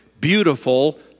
beautiful